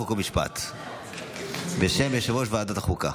חוק ומשפט בשם יושב-ראש ועדת החוקה.